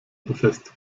befestigt